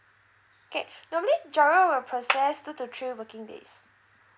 okay normally GIRO will process two to three working days